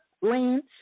Lance